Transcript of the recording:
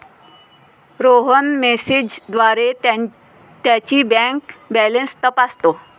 रोहन मेसेजद्वारे त्याची bank balance तपासतो